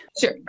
Sure